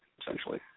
essentially